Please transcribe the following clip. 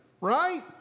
right